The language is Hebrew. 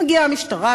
מגיעה המשטרה,